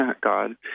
God